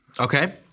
Okay